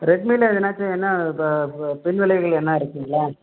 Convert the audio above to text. ரெட்மில எதுனாச்சும் என்ன இப்போ ப பின் விளைவுகள் என்ன இருக்குது இதில்